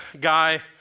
guy